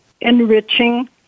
enriching